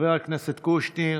חבר הכנסת קושניר,